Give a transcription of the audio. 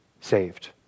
saved